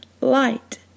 light